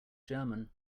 german